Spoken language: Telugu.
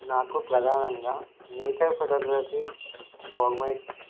నాకు ప్రధానంగా నేచర్ ఫోటోగ్రఫీ ఫార్మేట్